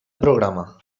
programa